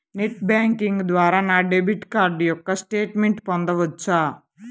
Net banking ద్వారా నా debit card యొక్క స్టేట్మెంట్ పొందవచ్చా?